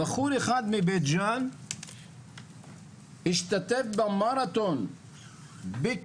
בחור אחד מבית ג'אן השתתף במרתון בקפריסין,